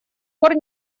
пор